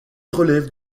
relève